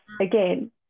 again